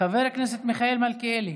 חבר הכנסת מיכאל מלכיאלי,